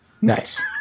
Nice